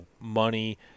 money